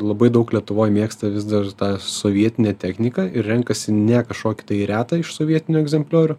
labai daug lietuvoje mėgsta vis dar tą sovietinę techniką ir renkasi ne kažkokį tai retą iš sovietinių egzempliorių